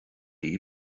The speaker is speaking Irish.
libh